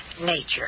nature